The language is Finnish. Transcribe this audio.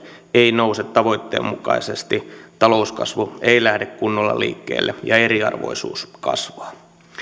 ei nouse tavoitteen mukaisesti talouskasvu ei lähde kunnolla liikkeelle ja eriarvoisuus kasvaa ja